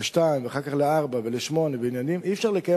לשניים ואחר כך לארבעה ואחר כך לשמונה ועניינים,